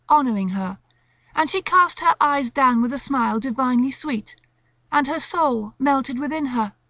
honouring her and she cast her eyes down with a smile divinely sweet and her soul melted within her,